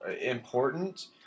important